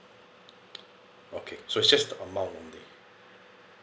okay so just the amount only